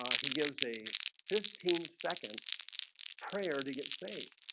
he gives a fifteen second prayer to get saved